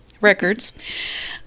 records